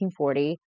1940